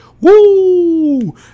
Woo